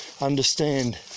understand